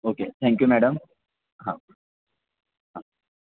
okay thank you madam हां हां